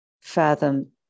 fathom